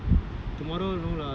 another friday